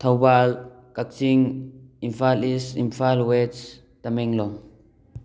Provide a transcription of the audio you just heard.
ꯊꯧꯕꯥꯜ ꯀꯛꯆꯤꯡ ꯏꯝꯐꯥꯜ ꯏꯁ ꯏꯝꯐꯥꯜ ꯋꯦꯁ ꯇꯃꯦꯡꯂꯣꯡ